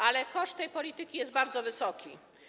Ale koszt tej polityki jest bardzo wysoki.